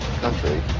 country